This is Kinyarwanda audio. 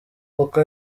uko